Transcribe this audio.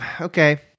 okay